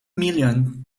million